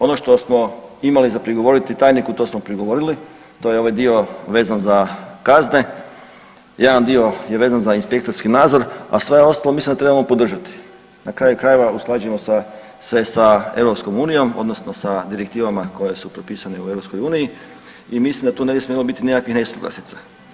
Ono što smo imali za prigovoriti tajniku to smo prigovorili, to je ovaj dio vezan za kazne, jedan dio je vezan za inspektorski nadzor, a sve ostalo mislim da trebamo podržati, na kraju krajeva usklađujemo se sa EU odnosno sa direktivama koje su propisane u EU i mislim da tu ne bi smjelo biti nikakvih nesuglasica.